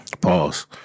Pause